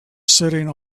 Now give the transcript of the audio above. sitting